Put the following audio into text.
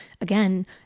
again